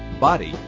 body